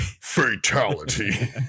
fatality